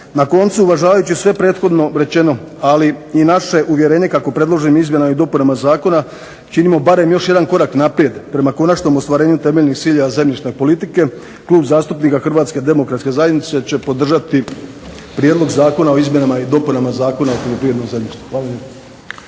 Na koncu uvažavajući sve prethodno rečeno ali i naše uvjerenje kako predloženim izmjenama i dopunama zakona činimo barem još jedan korak naprijed prema konačnom ostvarenju temeljnih ciljeva zemljišne politike Klub zastupnika Hrvatske demokratske zajednice će podržati Prijedlog zakona o izmjenama i dopunama Zakona o poljoprivrednom zemljištu. Hvala